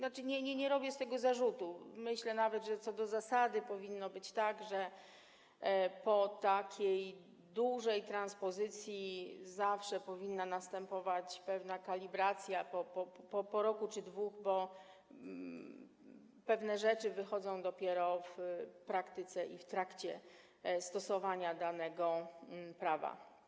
Nie robię z tego zarzutu, myślę nawet, że co do zasady powinno być tak, że po dużej transpozycji zawsze powinna następować pewna kalibracja, po roku czy dwóch, bo pewne rzeczy wychodzą dopiero w praktyce, w trakcie stosowania danego prawa.